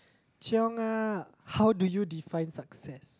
chiong ah how do you define success